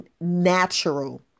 natural